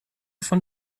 von